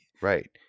Right